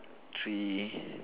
three